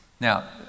Now